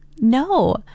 No